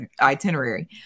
itinerary